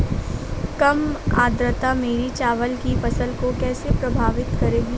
कम आर्द्रता मेरी चावल की फसल को कैसे प्रभावित करेगी?